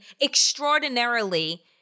extraordinarily